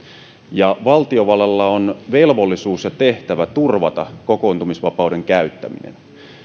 ja valtiovallalla on velvollisuus ja tehtävä turvata kokoontumisvapauden käyttäminen